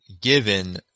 Given